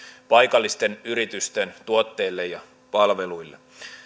paikallisten yritysten tuotteille ja palveluille